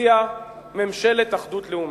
הציעה ממשלת אחדות לאומית.